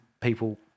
people